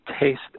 taste